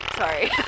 Sorry